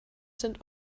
sind